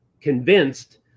convinced